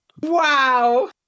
Wow